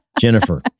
Jennifer